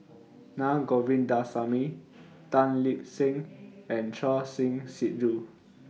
Naa Govindasamy Tan Lip Seng and Choor Singh Sidhu